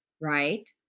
right